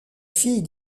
fille